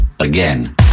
Again